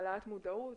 העלאת מודעות,